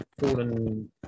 fallen